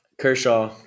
Kershaw